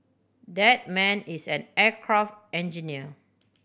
that man is an aircraft engineer